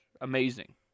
amazing